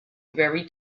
very